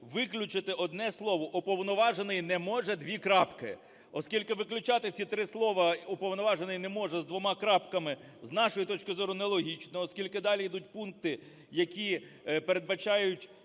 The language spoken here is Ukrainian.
виключити одне слово "уповноважений не може:". Оскільки виключати ці три слова "уповноважений не може:", з нашої точки зору, нелогічно, оскільки далі йдуть пункти, які передбачають,